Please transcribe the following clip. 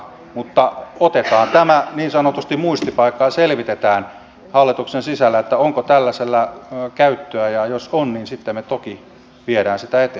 mutta otetaan tämä niin sanotusti muistipaikkaan ja selvitetään hallituksen sisällä onko tällaiselle käyttöä ja jos on niin sitten me toki viemme sitä eteenpäin